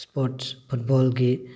sports ꯐꯨꯠꯕꯣꯜꯒꯤ